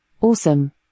Awesome